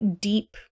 deep